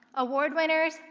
award winners,